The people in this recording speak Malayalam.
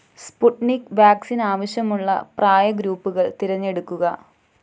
സ്പുട്നിക് വാക്സിൻ ആവശ്യമുള്ള പ്രായ ഗ്രൂപ്പുകൾ തിരഞ്ഞെടുക്കുക